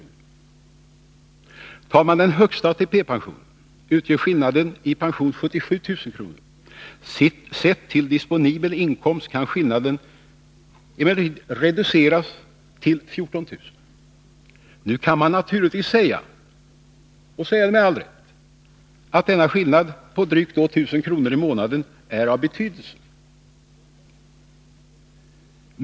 Jämför man folkpensionärens bruttoinkomst med den högsta inkomsten för en ATP pensionär blir skillnaden 77 000 kr. Men om man ser till den disponibla inkomsten kan skillnaden reduceras till 14 000 kr. Nu kan man naturligtvis med all rätt säga att denna skillnad på drygt 1000 kr. i månaden är av betydelse.